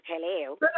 Hello